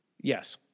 Yes